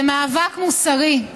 זה מאבק מוסרי.